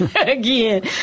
again